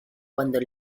cuando